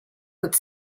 what